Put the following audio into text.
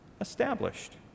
established